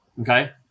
okay